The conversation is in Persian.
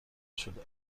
شده